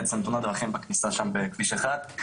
תאונת דרכים בכניסה לכביש אחד.